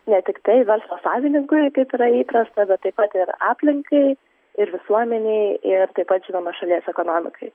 ne tiktai verslo savininkui kaip yra įprasta bet taip pat ir aplinkai ir visuomenei ir taip pat žinoma šalies ekonomikai